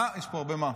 מה?" יש פה הרבה "מה"